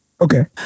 Okay